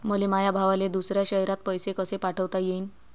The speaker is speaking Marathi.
मले माया भावाले दुसऱ्या शयरात पैसे कसे पाठवता येईन?